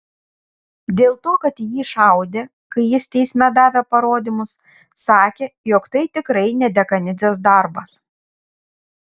dėl to kad į jį šaudė kai jis teisme davė parodymus sakė jog tai tikrai ne dekanidzės darbas